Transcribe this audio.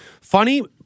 funny